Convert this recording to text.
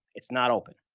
it's not open,